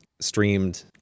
streamed